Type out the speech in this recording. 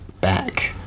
Back